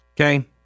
Okay